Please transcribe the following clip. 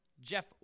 Jeff